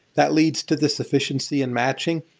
that leads to this efficiency and matching,